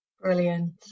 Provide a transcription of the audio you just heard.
Brilliant